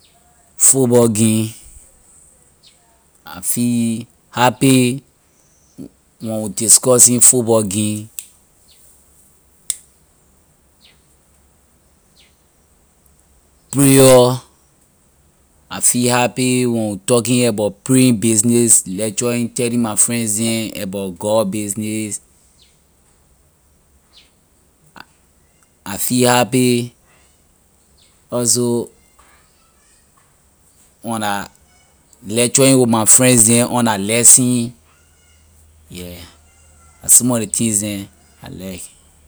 Football game I feel happy when we discussing football game prayer I feel happy when we talking about praying business lecturing telling my friends them about god business I i feel happy also when I lecturing with my friends them on la lesson yeah la some of ley things neh I like